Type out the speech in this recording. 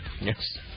Yes